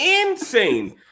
insane